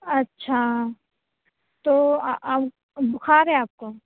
اچھا تو آ بخار ہے آپ کو